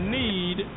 need